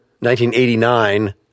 1989